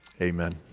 Amen